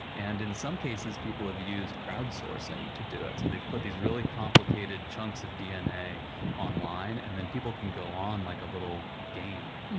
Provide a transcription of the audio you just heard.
and in some cases, people have used crowdsourcing to do it. so, they've put these really complicated chunks of dna online and then people can go on like a little game